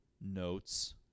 notes